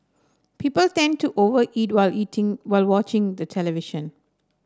people tend to over eat while eating while watching the television